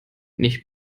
nicht